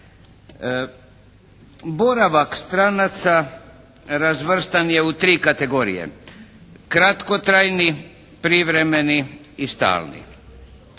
Boravak stranaca razvrstan je u tri kategorije: kratkotrajni, privremeni i stalni.